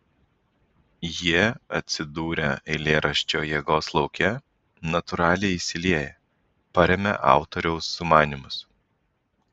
jie atsidūrę eilėraščio jėgos lauke natūraliai įsilieja paremia autoriaus sumanymus